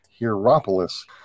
Hierapolis